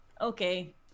Okay